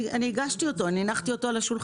אני הגשתי אותו, הנחתי אותו על שולחן הכנסת.